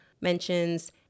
mentions